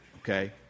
okay